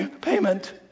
payment